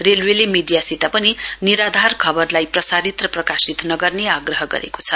रेलवेले मीडियासित पनि निराधार खबरलाई प्रसारित र प्रकाशित नगर्ने आग्रह गरेको छ